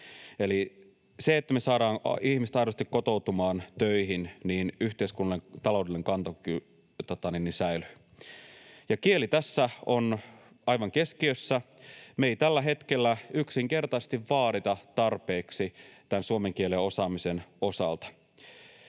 Eli se, että me saadaan ihmiset aidosti kotoutumaan töihin, niin yhteiskunnan taloudellinen kantokyky säilyy. Kieli tässä on aivan keskiössä. Me ei tällä hetkellä yksinkertaisesti vaadita tarpeeksi tämän suomen kielen osaamisen osalta.